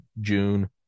June